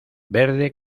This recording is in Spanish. verde